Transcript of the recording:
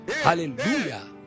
Hallelujah